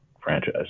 franchise